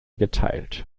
geteilt